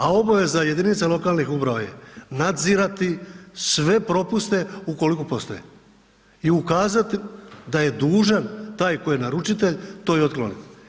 A obaveza jedinica samouprave nadzirati sve propuste ukoliko postoje i ukazati da je dužan taj koji je naručitelj to i otkloniti.